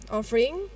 offering